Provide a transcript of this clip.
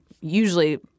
usually